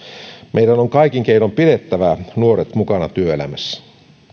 meidän on kaikin keinoin pidettävä nuoret mukana työelämässä